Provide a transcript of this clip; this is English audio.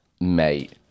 Mate